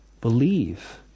Believe